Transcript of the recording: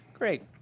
Great